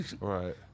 Right